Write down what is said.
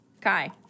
Kai